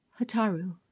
Hataru